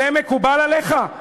זה מקובל עליך?